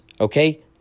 Okay